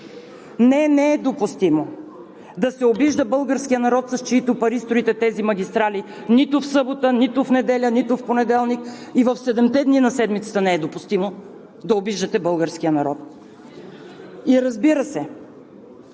Не, не е допустимо да се обижда българският народ, с чийто пари строите тези магистрали, нито в събота, нито в неделя, нито в понеделник – и в седемте дни на седмицата не е допустимо да обиждате българския народ! И, разбира се,